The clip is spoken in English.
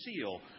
seal